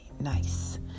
nice